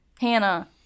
Hannah